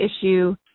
issue